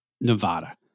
Nevada